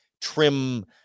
trim